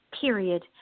period